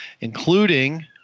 including